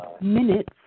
minutes